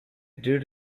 due